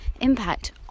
impact